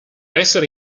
essere